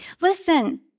Listen